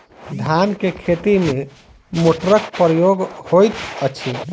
धान केँ खेती मे केँ मोटरक प्रयोग होइत अछि?